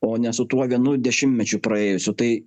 o ne su tuo vienu dešimtmečiu praėjusiu tai